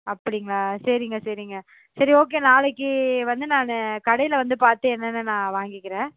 அப்படிங்களா சரிங்க சரிங்க சரி ஓகே நாளைக்கு வந்து நான் கடையில் வந்து பார்த்து என்னென்னு நான் வாங்கிக்கிறேன்